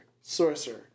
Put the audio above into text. Sorcerer